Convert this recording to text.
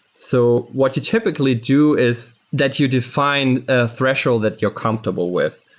so what you typically do is that you define a threshold that you're comfortable with.